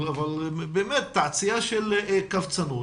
באמת תעשייה של קבצנות